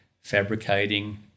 fabricating